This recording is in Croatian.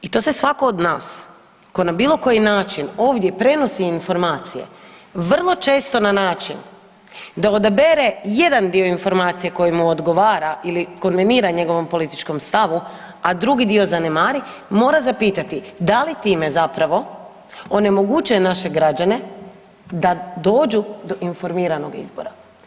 I to se svako od nas koji na bilo koji način ovdje prenosi informacije vrlo često na način da odabere jedan dio informacija koji mu odgovara ili konvenira njegovom političkom stavu, a drugi dio zanemari, mora zapitati da li time zapravo onemogućuje naše građane da dođu do informiranog izbora.